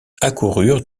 accoururent